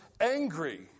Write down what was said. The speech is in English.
angry